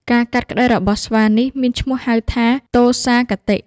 ការកាត់ក្ដីរបស់ស្វានេះ មានឈ្មោះហៅថា ទោសាគតិ។